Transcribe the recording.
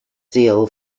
zeal